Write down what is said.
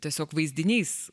tiesiog vaizdinys